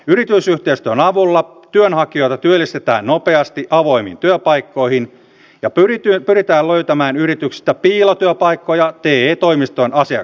yritysyhteistyön avulla työnhakijoita työllistetään nopeasti avoimiin työpaikkoihin ja pyritään löytämään yrityksistä piilotyöpaikkoja te toimiston asiakkaille